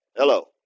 Hello